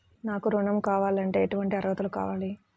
నాకు ఋణం కావాలంటే ఏటువంటి అర్హతలు కావాలి?